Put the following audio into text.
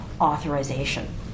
authorization